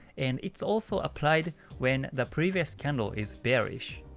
and it's also applied when the previous candle is bearish.